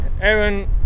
Aaron